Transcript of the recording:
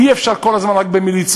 אי-אפשר כל הזמן רק במליצות,